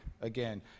again